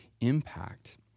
impact